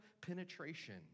penetration